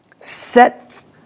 sets